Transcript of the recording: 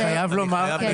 אני חייב לומר,